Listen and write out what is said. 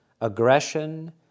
aggression